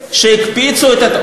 השאלה לאן הולך הכסף.